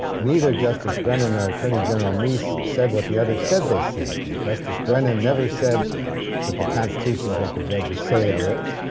neither justice brennan nor attorney general meese said what the other said they said. justice brennan never said that the constitution is what the judges say it is,